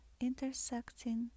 intersecting